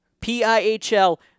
P-I-H-L